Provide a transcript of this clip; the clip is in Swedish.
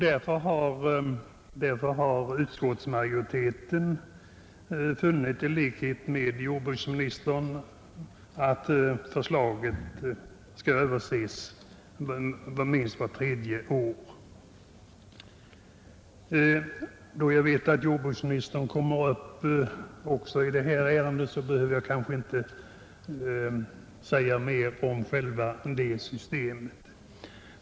Därför har utskottsmajoriteten funnit — i likhet med jordbruksministern — att förslaget bör överses minst vart tredje år. Då jag vet att jordbruksministern kommer att yttra sig i detta ärende, behöver jag kanske inte säga mer om det systemet.